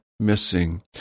missing